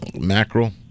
mackerel